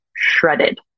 shredded